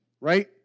Right